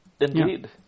Indeed